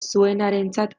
zuenarentzat